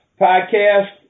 podcast